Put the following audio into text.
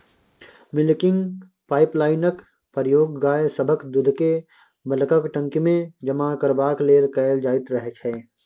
milking पाइपलाइनक प्रयोग गाय सभक दूधकेँ बल्कक टंकीमे जमा करबाक लेल कएल जाइत छै